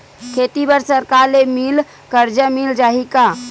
खेती बर सरकार ले मिल कर्जा मिल जाहि का?